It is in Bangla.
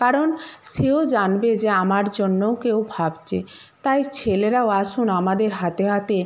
কারণ সেও জানবে যে আমার জন্যও কেউ ভাবছে তাই ছেলেরাও আসুন আমাদের হাতে হাতে